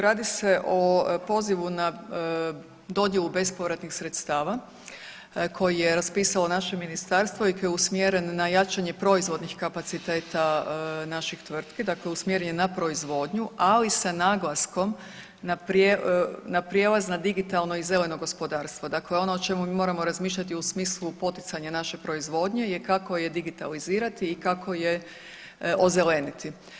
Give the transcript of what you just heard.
Radi se o pozivu na dodjelu bespovratnih sredstava koje je raspisalo naše ministarstvo i koji je usmjeren na jačanje proizvodnih kapaciteta naših tvrtki, dakle usmjeren je na proizvodnju, ali sa naglaskom na prijelaz na digitalno i zeleno gospodarstvo, dakle ono o čemu mi moramo razmišljati u smislu poticanja naše proizvodnje je kako je digitalizirati i kako je ozeleniti.